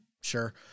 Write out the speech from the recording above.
sure